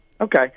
Okay